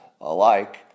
alike